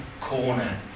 corner